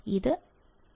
ഇത് 6 ആണ്